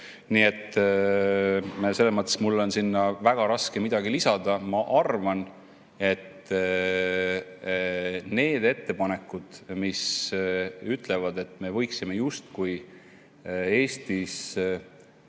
Nii et selles mõttes on mul väga raske midagi lisada. Ma arvan, et need ettepanekud, mis ütlevad, et me võiksime justkui Eestis